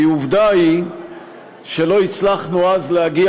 כי עובדה היא שלא הצלחנו אז להגיע